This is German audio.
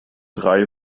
drei